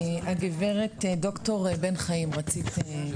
הגב' הד"ר בן חיים רצית להתייחס.